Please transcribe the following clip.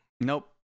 Nope